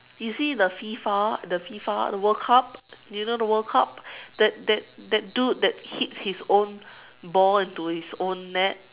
you see the FIFA the FIFA the world cup do you know the world cup that that that dude that hits his own ball into his own net